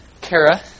Kara